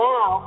Now